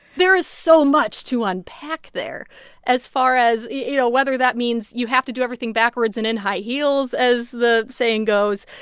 there is so much to unpack there as far as, you know, whether that means you have to do everything backwards and in high heels, as the saying goes,